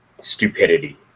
stupidity